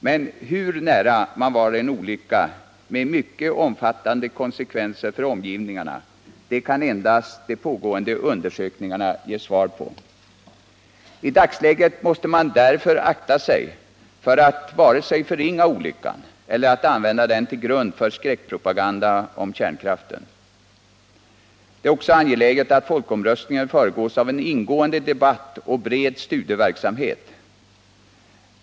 Men hur nära man var en olycka med mycket omfattande konsekvenser för omgivningarna kan endast de pågående undersökningarna ge besked om. I dagsläget måste man därför akta sig för både att förringa olyckan och att använda den som grund för skräckpropaganda mot kärnkraften. Det är också angeläget att folkomröstningen föregås av en ingående debatt och en bred studieverksamhet.